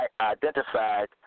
identified